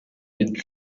with